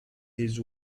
his